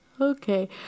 okay